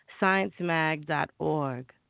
sciencemag.org